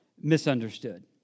misunderstood